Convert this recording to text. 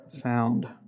found